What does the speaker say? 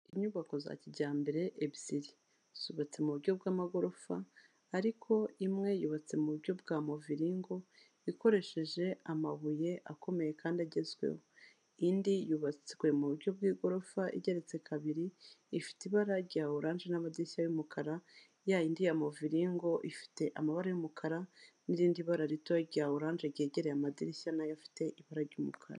Inyubako za kijyambere ebyiri, zubatse mu buryo bw'amagorofa ariko imwe yubatse mu buryo bwa muviringo ikoresheje amabuye akomeye kandi agezweho. Indi yubatswe mu buryo bw'igorofa igeretse kabiri ifite ibara rya oranje n'amadirishya y'umukara, ya yindi ya muviringo ifite amabara y'umukara n'irindi bara rito rya oranje ryegereye amadirishya nayo afite ibara ry'umukara.